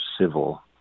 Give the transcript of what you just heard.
civil